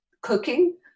cooking